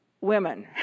women